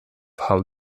how